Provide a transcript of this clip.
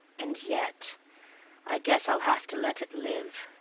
and yet i guess i'll have to let it live,